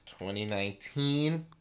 2019